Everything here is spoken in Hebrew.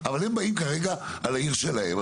אבל הם באים כרגע על העיר שלהם.